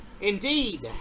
Indeed